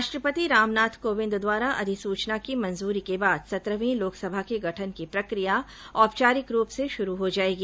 राष्ट्रपति रामनाथ कोविंद द्वारा अधिसुचना की मंजूरी के बाद सत्रहवीं लोकसभा के गठन की प्रक्रिया औपचारिक रूप से शुरू हो जाएगी